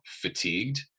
fatigued